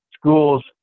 schools